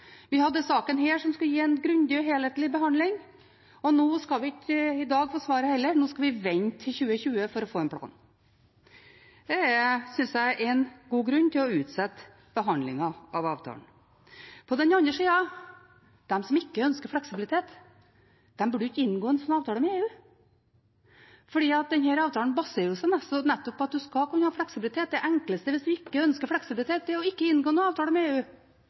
Vi hadde denne saken, som skulle gi en grundig og helhetlig behandling. Og nå skal vi ikke få svaret i dag heller, nå skal vi vente til 2020 for å få en plan. Det synes jeg er en god grunn til å utsette behandlingen av avtalen. På den andre siden: De som ikke ønsker fleksibilitet, burde jo ikke inngå en avtale med EU. For denne avtalen baserer seg nettopp på at man skal kunne ha fleksibilitet. Det enkleste hvis man ikke ønsker fleksibilitet, er å ikke inngå en avtale med EU,